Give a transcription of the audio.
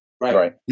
right